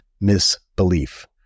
misbelief